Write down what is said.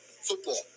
football